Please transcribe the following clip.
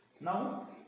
Now